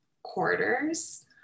Quarters